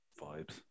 vibes